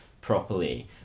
properly